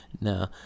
No